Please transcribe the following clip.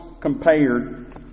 compared